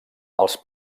els